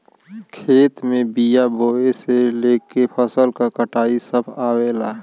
खेत में बिया बोये से लेके फसल क कटाई सभ आवेला